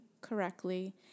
correctly